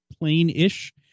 plain-ish